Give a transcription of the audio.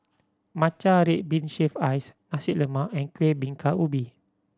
matcha red bean shaved ice Nasi Lemak and Kueh Bingka Ubi